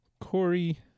Corey